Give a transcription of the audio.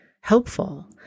helpful